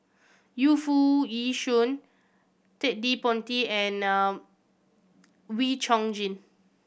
Yu Foo Yee Shoon Ted De Ponti and Wee Chong Jin